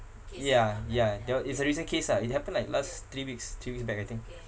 ya ya that wa~ it's a recent case ah it happened like last three weeks three weeks back I think